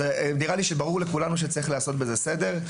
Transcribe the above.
ברור לכולנו שצריך לעשות בזה סדר.